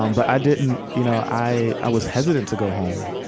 um but i didn't you know i i was hesitant to go home.